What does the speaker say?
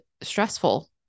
stressful